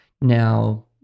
Now